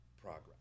progress